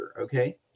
okay